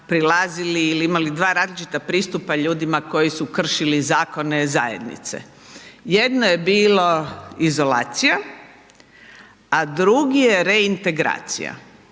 prilazili ili imali dva različita pristupa ljudima koji su kršili zakone zajednice. jedno je bilo izolacija a drugi je reintegracija.